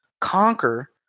conquer